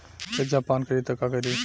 तेजाब पान करी त का करी?